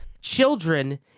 children